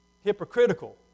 hypocritical